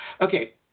Okay